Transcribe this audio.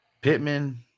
Pittman